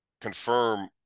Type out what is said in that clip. confirm